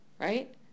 right